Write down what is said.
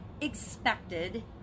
expected